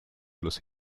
los